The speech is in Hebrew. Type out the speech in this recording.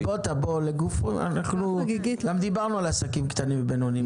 בוטא, דיברנו על עסקים קטנים ובינוניים.